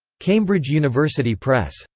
cambridge university press.